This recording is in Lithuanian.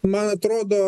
man atrodo